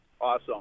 awesome